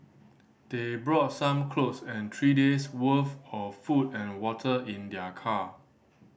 they brought some clothes and three days' worth of food and water in their car